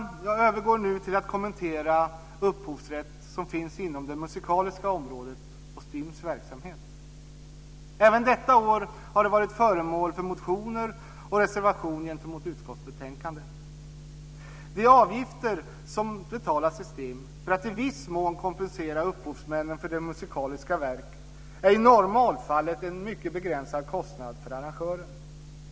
Jag övergår nu till att kommentera upphovsrätt som finns inom det musikaliska området och STIM:s verksamhet. Även detta år har detta varit föremål för motioner och reservation gentemot utskottsbetänkandet. De avgifter som betalas till STIM för att i viss mån kompensera upphovsmännen för deras musikaliska verk är i normalfallet en mycket begränsad kostnad för arrangören.